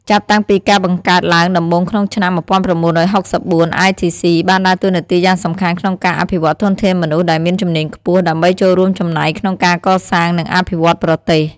ចាប់តាំងពីការបង្កើតឡើងដំបូងក្នុងឆ្នាំ ១៩៦៤ ITC បានដើរតួនាទីយ៉ាងសំខាន់ក្នុងការអភិវឌ្ឍធនធានមនុស្សដែលមានជំនាញខ្ពស់ ដើម្បីចូលរួមចំណែកក្នុងការកសាង និងអភិវឌ្ឍប្រទេស។